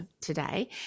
today